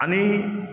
आणि